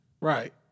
Right